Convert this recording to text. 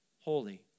holy